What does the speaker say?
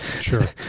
Sure